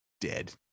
dead